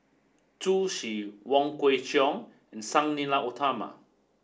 Zhu Xu Wong Kwei Cheong and Sang Nila Utama